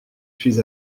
suis